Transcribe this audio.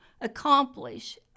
accomplish